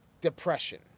depression